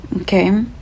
okay